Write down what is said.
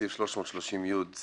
סעיף 330י(ד),